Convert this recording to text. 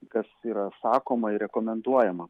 kas yra sakoma ir rekomenduojama